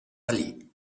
ali